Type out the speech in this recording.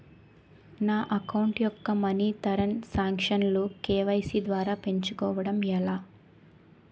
నా అకౌంట్ యెక్క money transaction లు కే.వై.సీ ద్వారా పెంచుకోవడం ఎలా?